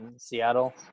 Seattle